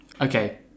Okay